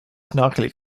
snarkily